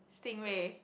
stingray